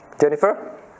Jennifer